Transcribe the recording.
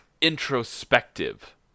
introspective